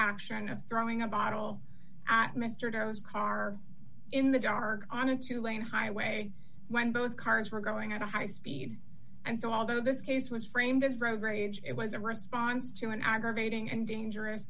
action of throwing a bottle at mr doe's car in the dark on a two lane highway when both cars were going at a high speed and so although this case was framed as road rage it was a response to an aggravating and dangerous